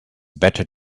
better